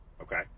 Okay